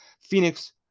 Phoenix